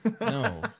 No